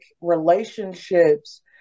relationships